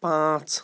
پانٛژھ